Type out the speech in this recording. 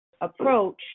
approach